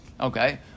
Okay